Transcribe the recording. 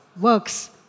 works